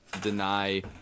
deny